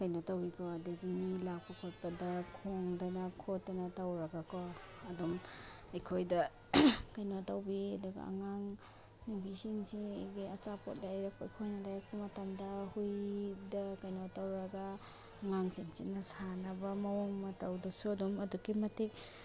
ꯀꯩꯅꯣ ꯇꯧꯋꯤꯀꯣ ꯑꯗꯒꯤ ꯃꯤ ꯂꯥꯛꯄ ꯈꯣꯠꯄꯗ ꯈꯣꯡꯗꯅ ꯈꯣꯠꯇꯅ ꯇꯧꯔꯒꯀꯣ ꯑꯗꯨꯝ ꯑꯩꯈꯣꯏꯗ ꯀꯩꯅꯣ ꯇꯧꯕꯤ ꯑꯗꯨꯒ ꯑꯉꯥꯡ ꯅꯨꯕꯤꯁꯤꯡꯁꯦ ꯑꯩꯒꯤ ꯑꯆꯥꯄꯣꯠ ꯂꯩꯔꯛꯄ ꯈꯣꯏꯅ ꯂꯩꯔꯛꯄ ꯃꯇꯝꯗ ꯍꯨꯏꯗ ꯀꯩꯅꯣ ꯇꯧꯔꯒ ꯑꯉꯥꯡꯁꯤꯡꯁꯤꯅ ꯁꯥꯟꯅꯕ ꯃꯑꯣꯡ ꯃꯇꯧꯗꯁꯨ ꯑꯗꯨꯝ ꯑꯗꯨꯛꯀꯤ ꯃꯇꯤꯛ